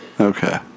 Okay